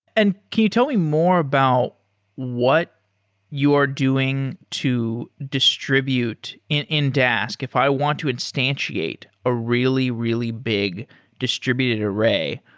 and can you tell me more about what you're doing to distribute in in dask, if i want to instantiate a really, really big distributed array,